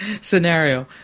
Scenario